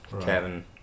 Kevin